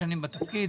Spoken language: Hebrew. בתפקיד,